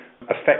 affect